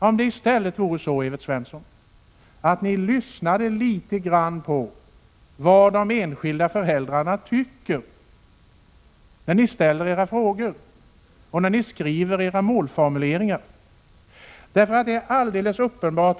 Lyssna i stället, Evert Svensson, på vad de enskilda föräldrarna tycker, både när ni ställer frågorna och när ni formulerar era mål!